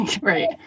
Right